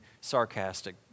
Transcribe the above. sarcastic